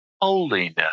holiness